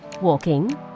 walking